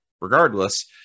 regardless